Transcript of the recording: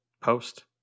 Post